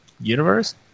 universe